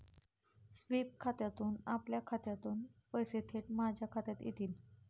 sweep खात्यातून आपल्या खात्यातून पैसे थेट माझ्या खात्यात येतील